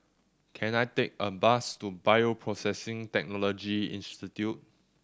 can I take a bus to Bioprocessing Technology Institute